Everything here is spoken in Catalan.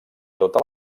tota